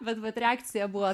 bet vat reakcija buvo